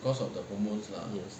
yes